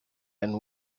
and